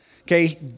Okay